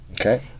Okay